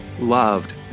loved